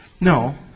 No